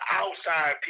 outside